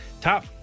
Top